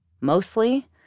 mostly